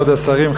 כבוד השרים,